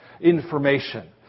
information